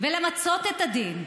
ולמצות את הדין.